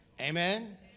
Amen